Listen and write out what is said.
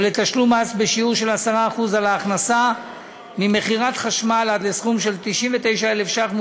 או לתשלום מס בשיעור 10% על ההכנסה ממכירת חשמל עד 99,000 ש"ח,